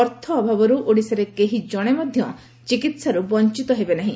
ଅର୍ଥ ଅଭାବର୍ ଓଡ଼ିଶାରେ କେହି ଜଣେ ମଧ୍ଧ ଚିକିହାରୁ ବଞ୍ଚତ ହେବେ ନାହି